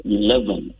eleven